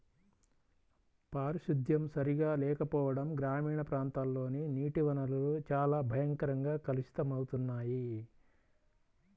పారిశుద్ధ్యం సరిగా లేకపోవడం గ్రామీణ ప్రాంతాల్లోని నీటి వనరులు చాలా భయంకరంగా కలుషితమవుతున్నాయి